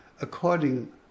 according